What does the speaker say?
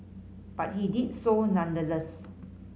but he did so nonetheless